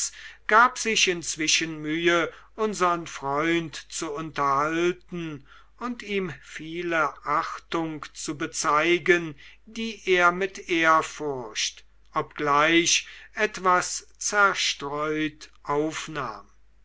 gab sich inzwischen mühe unsern freund zu unterhalten und ihm viele achtung zu bezeigen die er mit ehrfurcht obgleich etwas zerstreut aufnahm